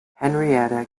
henrietta